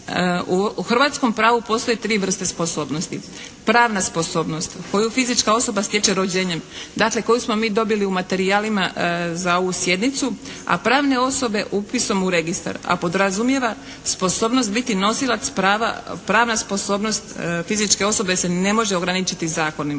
U hrvatskom pravu postoje tri vrste sposobnosti. Pravna sposobnost koju fizička osoba stječe rođenjem. Dakle, koju smo mi dobili u materijalima za ovu sjednicu, a pravne osobe upisom u registar, a podrazumijeva sposobnost biti nosilac prava. Pravna sposobnost fizičke osobe se ne može ograničiti zakonima.